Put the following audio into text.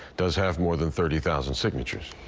does have more than thirty thousand signatures.